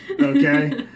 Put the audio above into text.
okay